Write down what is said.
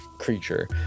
creature